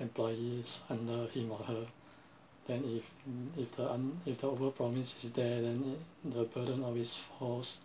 employees under him or her then if if then if the over promise is there then the burden always falls